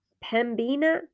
Pembina